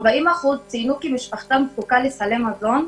40% ציינו כי משפחתם זקוקה לסלי מזון,